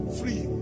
free